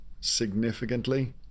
significantly